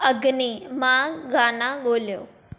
अग्नि मां गाना ॻोल्हियो